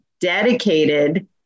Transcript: dedicated